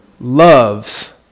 loves